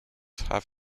have